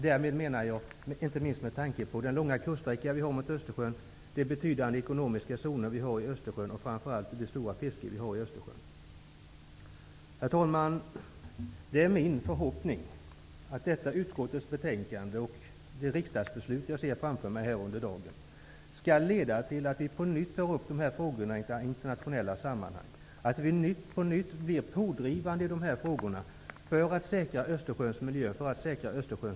Därmed menar jag, inte minst med tanke på den långa kuststräcka Sverige har mot Östersjön, de betydande ekonomiska zonerna och fisket i Östersjön. Herr talman! Det är min förhoppning att detta utskottsbetänkande och det beslut riksdagen skall fatta under dagen skall leda till att vi på nytt tar upp dessa frågor i internationella sammanhang, att vi på nytt blir pådrivande i dessa frågor för att säkra Östersjöns miljö och överlevnad.